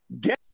Get